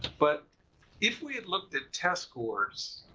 but if we had looked at test scores,